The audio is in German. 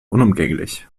unumgänglich